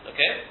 Okay